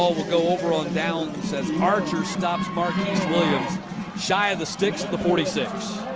ah will go over on downs as archer stops marquiz with williams shy of the sticks at the forty six.